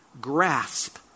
grasp